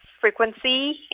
frequency